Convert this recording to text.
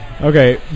Okay